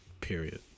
period